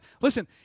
Listen